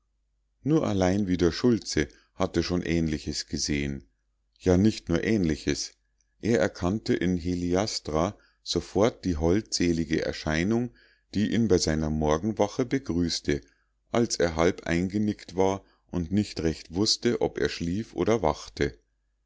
nur allein wieder schultze hatte schon ähnliches gesehen ja nicht nur ähnliches er erkannte in heliastra sofort die holdselige erscheinung die ihn bei seiner morgenwache begrüßte als er halb eingenickt war und nicht recht wußte ob er schlief oder wachte